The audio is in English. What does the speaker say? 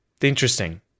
Interesting